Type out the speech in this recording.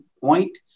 Point